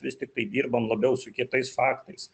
vis tiktai dirbam labiau su kitais faktais